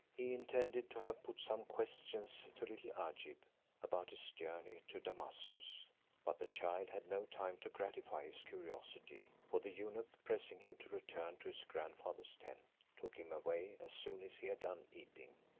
he intended to have put some questions to little agib about his journey to damascus but the child had no time to gratify his curiosity, for the eunuch pressing him to return to his grandfather's tent, took him away as soon as he had done eating.